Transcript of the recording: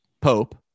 Pope